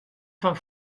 fan